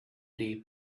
day